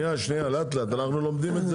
שניה שניה לאט לאט אנחנו לומדים את זה